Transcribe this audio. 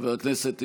חבר הכנסת טיבי,